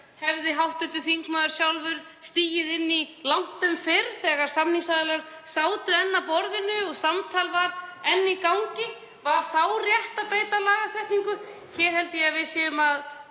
Hefði hv. þingmaður sjálfur stigið inn í langtum fyrr þegar samningsaðilar sátu enn við borðið og samtal var enn í gangi? Var þá rétt að beita lagasetningu? Hér held ég að við séum að